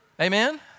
Amen